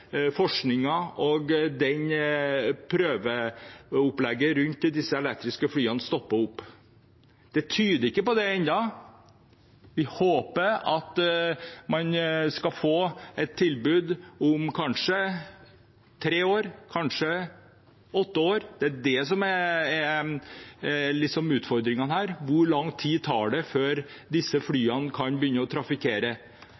og prøveopplegget rundt de elektriske flyene stopper opp. Men ingenting tyder på det ennå, og jeg håper at vi skal få et tilbud om tre eller kanskje åtte år. Det er det som er utfordringen her: Hvor lang tid tar det før disse